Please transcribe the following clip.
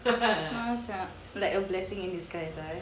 ah sia like a blessing in disguise ah eh